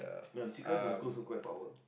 no the chicken-rice my school aslo quite power